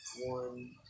One